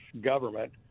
government